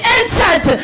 entered